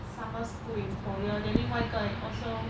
summer school in korea then 另外一个也 also